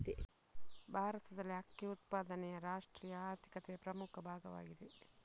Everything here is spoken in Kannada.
ಭಾರತದಲ್ಲಿ ಅಕ್ಕಿ ಉತ್ಪಾದನೆಯು ರಾಷ್ಟ್ರೀಯ ಆರ್ಥಿಕತೆಯ ಪ್ರಮುಖ ಭಾಗವಾಗಿದೆ